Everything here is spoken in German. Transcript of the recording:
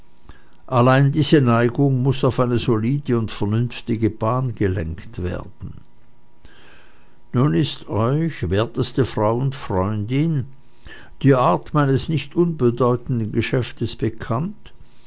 allein diese neigung muß auf eine solide und vernünftige bahn gelenkt werden nun ist euch werteste frau und freundin die art meines nicht unbedeutenden geschäftes bekannt